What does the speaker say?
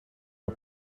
are